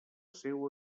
seua